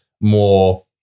more